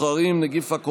נוסיף: